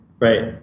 Right